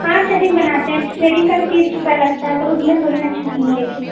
हाँ थ्रेडिंग बनाते हैं थ्रेडिंग का भी तीस रुपया लगता है तो उसमें थोड़ी न छूट मिलेगी